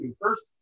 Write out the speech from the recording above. First